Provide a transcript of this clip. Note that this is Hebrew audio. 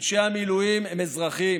אנשי המילואים הם אזרחים,